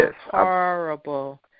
horrible